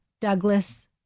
Douglas